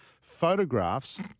photographs